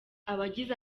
abagize